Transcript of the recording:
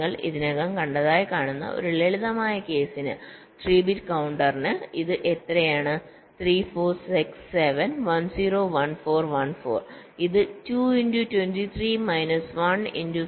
നിങ്ങൾ ഇതിനകം കണ്ടതായി കാണുന്ന ഒരു ലളിതമായ കേസിന് 3 ബിറ്റ് കൌണ്ടറിന് ഇത് എത്രയാണ് 3 4 6 7 10 14 14